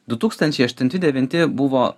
du tūkstančiai aštunti devinti buvo